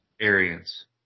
Arians